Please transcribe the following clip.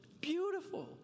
Beautiful